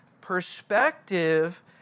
perspective